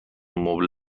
مبله